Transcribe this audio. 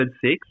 six